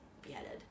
beheaded